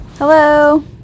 Hello